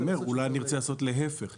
אז אני אומר אולי נרצה לעשות להיפך?